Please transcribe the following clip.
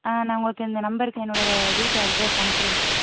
ஆ நான் உங்களுக்கு இந்த நம்பருக்கு என்னோடய ர வீட்டு அட்ரஸ் அனுப்புகிறேன் சார்